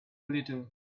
little